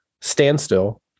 Standstill